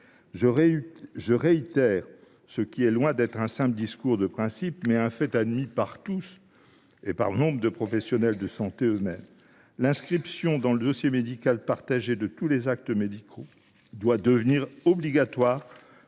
Je répète ce qui, loin d’être un simple discours de principe, est un fait admis par tous, notamment par nombre de professionnels de santé eux mêmes : l’inscription dans le dossier médical partagé de tous les actes médicaux doit devenir obligatoire